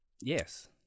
Yes